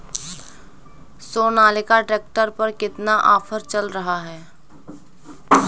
Sonalika tractor पर कितना offer चल रहा है?